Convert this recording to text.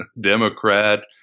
Democrat